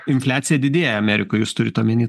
infliacija didėja amerikoj jūs turit omeny